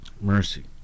Mercy